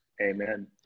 Amen